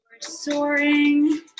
soaring